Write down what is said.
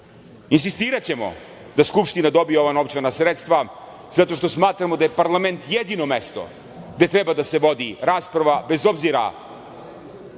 insistiraćemo da Skupština dobije ova novčana sredstva zato što smatramo da je parlament jedino mesto gde treba da se vodi rasprava, bez obzira